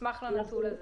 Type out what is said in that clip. נשמח גם לנתון הזה.